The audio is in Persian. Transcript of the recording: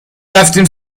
رفتیم